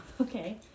Okay